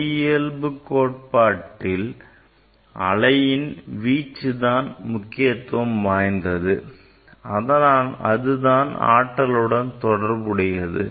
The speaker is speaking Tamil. அலையியல்பு கோட்பாட்டில் அலையின் வீச்சு தான் முக்கியத்துவம் வாய்ந்தது அதுதான் ஆற்றலுடன் தொடர்புடையது